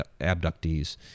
abductees